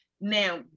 Now